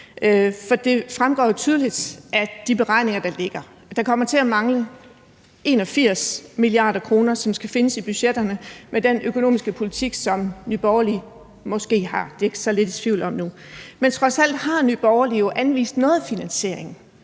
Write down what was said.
Det fremgår tydeligt af de beregninger, der ligger, at der kommer til at mangle 81 mia. kr., som skal findes i budgetterne, med den økonomiske politik, som Nye Borgerlige måske har. De er så lidt i tvivl om det nu. Men trods alt har Nye Borgerlige jo anvist noget finansiering.